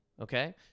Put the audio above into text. okay